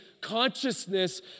consciousness